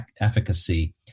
efficacy